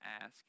ask